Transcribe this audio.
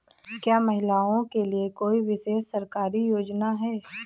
क्या महिलाओं के लिए कोई विशेष सरकारी योजना है?